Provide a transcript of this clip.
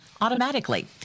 automatically